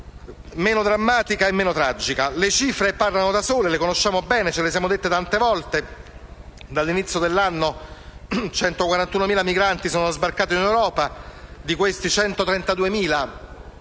meno drammatica e meno tragica. Le cifre parlano da sole, le conosciamo bene e ce le siamo dette: dall'inizio dell'anno 141.000 migranti sono sbarcati in Europa; di questi 132.000